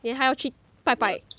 then 她要去拜拜